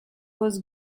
was